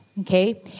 okay